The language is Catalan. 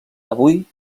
avui